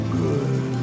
good